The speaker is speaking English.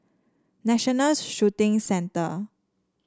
National Shooting Centre